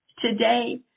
today